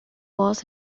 was